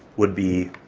would be.